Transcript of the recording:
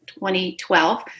2012